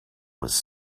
was